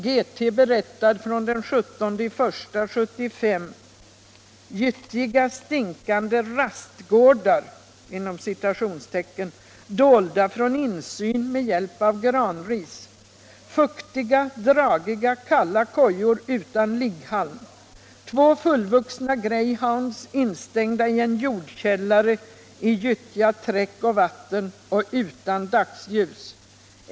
GT berättar från den 17 maj 1975: ”Gyttjiga, stinkande ”rastgårdar', dolda från insyn med hjälp av granris. Fuktiga, dragiga, kalla kojor utan ligghalm. Två fullvuxna greyhounds instängda i en jordkällare i gyttja, träck och vatten och utan dagsljus.